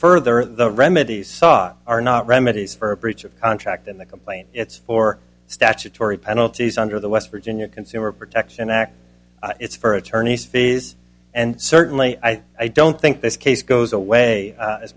further the remedies saw are not remedies for breach of contract in the complaint it's for statutory penalties under the west virginia consumer protection act it's for attorneys fees and certainly i i don't think this case goes away